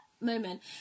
moment